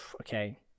okay